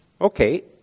Okay